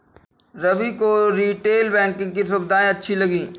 रवि को retail banking की सुविधाएं अच्छी लगी